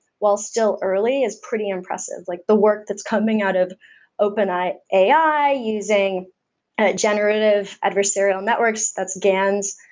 while still early, is pretty impressive. like the work that's coming out of open ai ai using generative adversarial networks, that's gans,